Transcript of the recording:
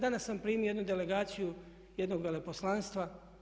Danas sam primio jednu delegaciju jednog veleposlanstva.